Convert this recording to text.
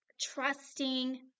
trusting